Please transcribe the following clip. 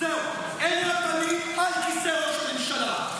אלה הפנים על כיסא ראש ממשלה.